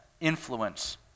influence